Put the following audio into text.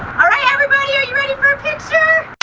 alright everybody, are you ready for a picture?